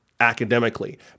academically